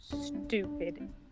stupid